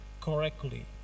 correctly